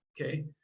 Okay